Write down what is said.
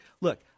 Look